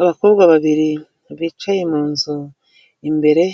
Abakobwa babiri bicaye mu nzu imbere,